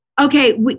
okay